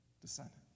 descendants